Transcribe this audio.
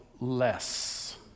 less